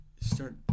start